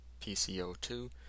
PCO2